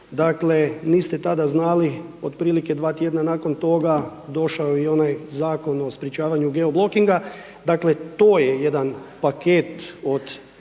dakle, niste tada znali, otprilike dva tjedna nakon toga, došao je i onaj Zakon o sprječavanju geoblokinga, dakle, to je jedan paket od